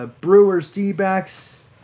Brewers-D-backs